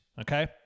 okay